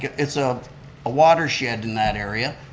it's a watershed in that area.